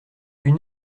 une